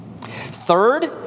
Third